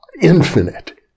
infinite